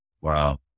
Wow